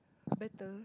better